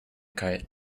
kite